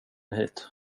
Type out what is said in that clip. hit